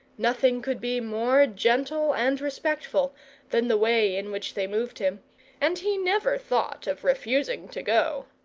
nothing could be more gentle and respectful than the way in which they moved him and he never thought of refusing to go.